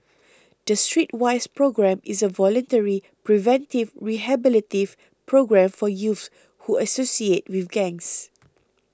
the Streetwise Programme is a voluntary preventive rehabilitative programme for youths who associate with gangs